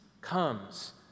comes